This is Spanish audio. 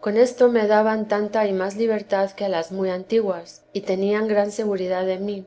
con esto me daban tanta y más libertad que a las muy antiguas y tenían gran seguridad de mí